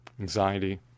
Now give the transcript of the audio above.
anxiety